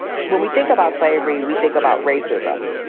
when we think about slavery, we think about racism.